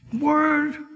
Word